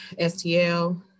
STL